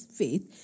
faith